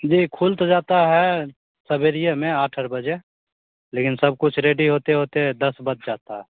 जी खुल तो जाता है सब एरिये में आठ आर बजे लेकिन सब कुछ रेडी होते होते दस बज जाता है